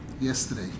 yesterday